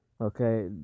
okay